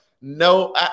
No